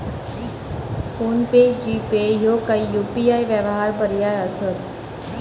phone पे, GPay ह्यो काही UPI व्यवहार पर्याय असत